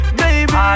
baby